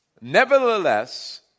Nevertheless